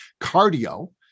cardio